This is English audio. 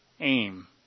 aim